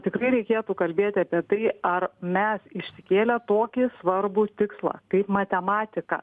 tikrai reikėtų kalbėti apie tai ar mes išsikėlę tokį svarbų tikslą kaip matematiką